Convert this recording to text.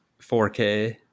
4K